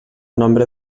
nombre